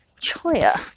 choya